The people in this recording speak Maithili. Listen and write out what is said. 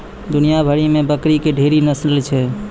दुनिया भरि मे बकरी के ढेरी नस्ल छै